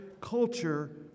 culture